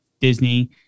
Disney